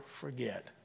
forget